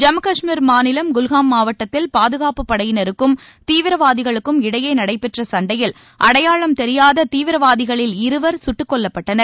ஜம்மு கஷ்மீர் மாநிலம் குல்காம் மாவட்டத்தில் பாதுகாப்புப் படையினருக்கும் தீவிரவாதிகளுக்கும் இடையே நடைபெற்ற சண்டையில் அடையாளம் தெரியாத தீவிரவாதிகளில் இருவர் சுட்டுக்கொல்லப்பட்டனர்